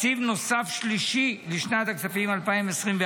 תקציב נוסף שלישי לשנת הכספים 2024,